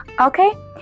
Okay